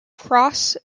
cross